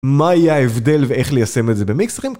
מה יהיה ההבדל ואיך ליישם את זה במקסטרים?